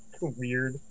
weird